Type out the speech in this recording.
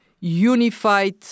unified